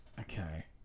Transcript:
Okay